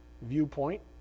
viewpoint